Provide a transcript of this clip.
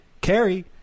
Carrie